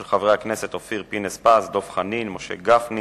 של חברי הכנסת אופיר פינס-פז, דב חנין, משה גפני,